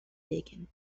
digging